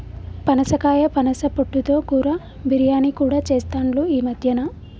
పనసకాయ పనస పొట్టు తో కూర, బిర్యానీ కూడా చెస్తాండ్లు ఈ మద్యన